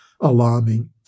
alarming